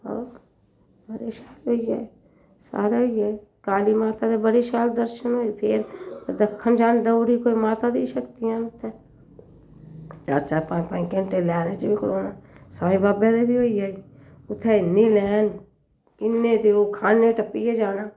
हां बड़े शैल होइये सारे होई आए काली माता दे बड़े शैल दर्शन होए परतक्खन जन देई ओड़ी कोई माता दियां शक्तियां न उत्थें चार चार पंज पंज घैंटे लैनै च बी खड़ोना साईं बाबे दे बी होई आई उत्थें इ'न्नी लैन इ'न्ने ते खान्ने टप्पियै जाना